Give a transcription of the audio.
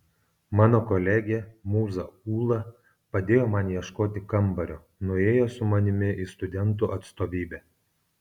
mano kolegė mūza ūla padėjo man ieškoti kambario nuėjo su manimi į studentų atstovybę